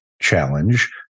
challenge